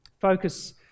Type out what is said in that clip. focus